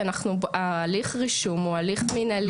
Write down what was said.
הליך הרישום הוא הליך מנהלי.